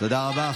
תודה רבה,